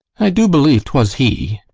i do believe twas he.